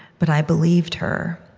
but i believed her,